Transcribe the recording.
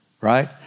right